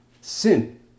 sin